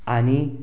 आनीक